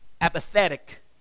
apathetic